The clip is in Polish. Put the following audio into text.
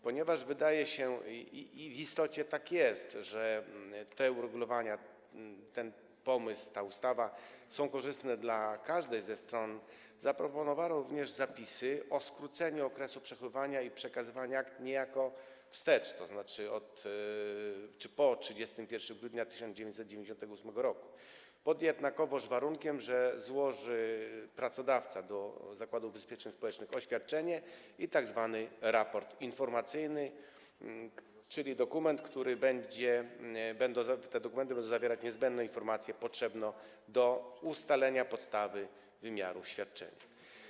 Ponieważ wydaje się i w istocie tak jest, że te uregulowania, ten pomysł, ta ustawa są korzystne dla każdej ze stron, zaproponowano również zapisy o skróceniu przechowywania i przekazywania akt niejako wstecz, tzn. po 31 grudnia 1998 r., jednakowoż pod warunkiem, że złoży pracodawca do Zakładu Ubezpieczeń Społecznych oświadczenie i tzw. raport informacyjny, czyli dokumenty, które będą zawierać niezbędne informacje potrzebne do ustalenia podstawy wymiaru świadczenia.